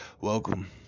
welcome